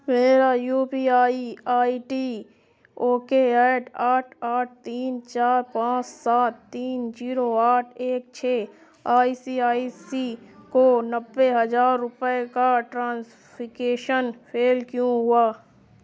میرا U P I I D okay eight آٹھ آٹھ تین چار پانچ سات تین جیرو آٹھ ایک چھ آئی سی آئی سی کو نبے ہزار روپئے کا ٹرانسفیکیشن فیل کیوں ہوا